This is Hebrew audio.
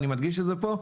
ואני מדגיש את זה פה,